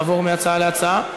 לעבור מהצעה להצעה?